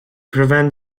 prevent